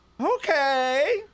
Okay